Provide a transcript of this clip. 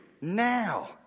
Now